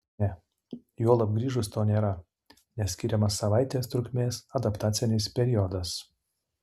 ne juolab grįžus to nėra nes skiriamas savaitės trukmės adaptacinis periodas